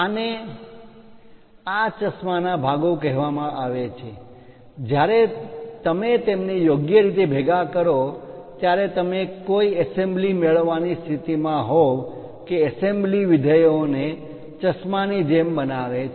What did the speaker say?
આને આ ચશ્મા ના ભાગો કહેવામાં આવે છે જ્યારે તમે તેમને યોગ્ય રીતે ભેગા કરો ત્યારે તમે કોઈ એસેમ્બલી સંયોજન મેળવવાની સ્થિતિમાં હોવ કે એસેમ્બલી સંયોજન વિધેયો ને ચશ્મા ની જેમ બનાવે છે